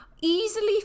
Easily